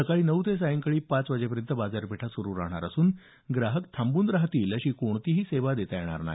सकाळी नऊ ते संध्याकाळी पाच वाजेपर्यंत बाजारपेठ सुरु राहणार असून ग्राहक थांबून राहतील अशी कोणतीही सेवा देता येणार नाही